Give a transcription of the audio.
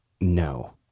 No